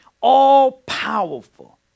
all-powerful